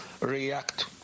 react